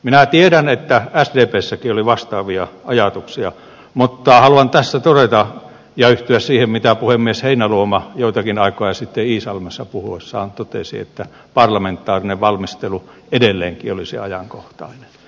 minä tiedän että sdpssäkin oli vastaavia ajatuksia mutta haluan tässä todeta ja yhtyä siihen mitä puhemies heinäluoma joitakin aikoja sitten iisalmessa puhuessaan totesi että parlamentaarinen valmistelu edelleenkin olisi ajankohtainen